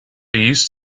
used